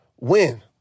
win